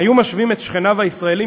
היו משווים את שכניו הישראלים,